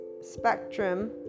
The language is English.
spectrum